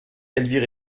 elvire